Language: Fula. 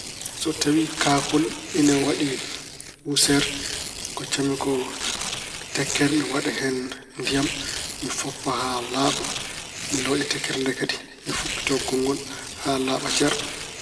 So tawi kaakol ine waɗi puuseer, koccan mi ko tekkere, mi waɗa hen ndiyam. Mi foppa haa laaɓa. Mi lawƴa tekkere nde kadi, Mi foppito konngol haa laaɓa cer.